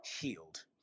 healed